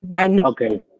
Okay